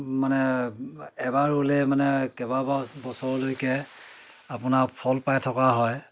মানে এবাৰ ৰুলে মানে কেইবাবাৰো ব বছৰলৈকে আপোনাৰ ফল পাই থকা হয়